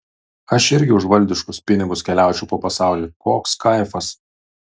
aš irgi už valdiškus pinigus keliaučiau po pasaulį koks kaifas